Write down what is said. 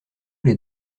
les